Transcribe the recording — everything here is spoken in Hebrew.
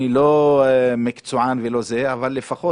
אני לא מקצוען אבל לפחות